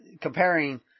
comparing